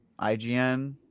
IGN